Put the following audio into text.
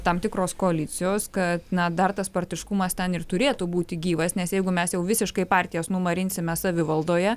tam tikros koalicijos kad na dar tas partiškumas ten ir turėtų būti gyvas nes jeigu mes jau visiškai partijas numarinsime savivaldoje